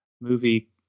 movie